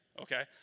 Okay